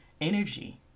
energy